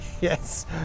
Yes